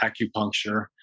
acupuncture